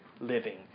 living